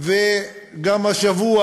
וכן, השבוע